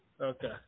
Okay